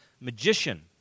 magician